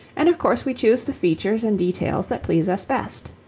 and of course we choose the features and details that please us best.